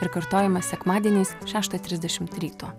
ir kartojama sekmadieniais šeštą trisdešimt ryto